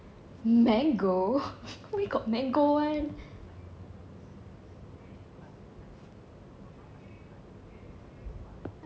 mango where got mango [one]